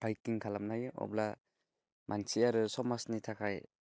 बाइकिं खानामनो हायो अब्ला मानसि आरो समाजनि थाखाय